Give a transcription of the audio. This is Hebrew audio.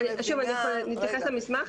אנחנו נתייחס למסמך,